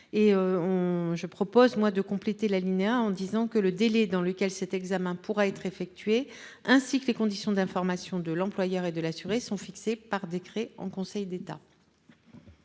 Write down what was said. je propose de compléter l’alinéa en précisant que le délai dans lequel cet examen pourra être effectué ainsi que les conditions d’information de l’employeur et de l’assuré sont fixés par décret en Conseil d’État.